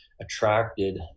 attracted